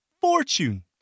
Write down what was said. fortune